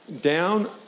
down